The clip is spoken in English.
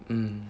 mm